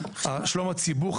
שלום הציבור,